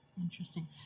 Interesting